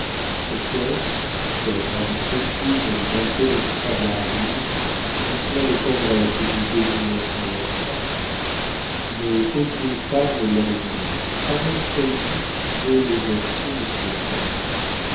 ce cœur que la gravité couvre d'une impénétrable armure est plein de tendresses et de dévouements sans emploi mais aucune femme ne l'a deviné pas même celle qui dès le berceau me fut destinée